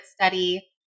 study